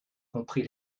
compris